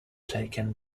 taken